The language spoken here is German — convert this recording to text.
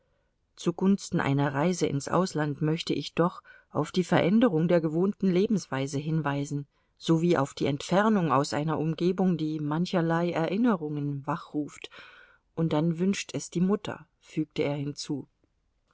zugunsten einer reise ins ausland möchte ich doch auf die veränderung der gewohnten lebensweise hinweisen sowie auf die entfernung aus einer umgebung die mancherlei erinnerungen wachruft und dann wünscht es die mutter fügte er hinzu